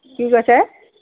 কি কৈছে